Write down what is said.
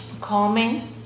Calming